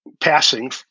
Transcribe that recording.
passing